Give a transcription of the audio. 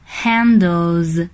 handles